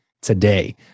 today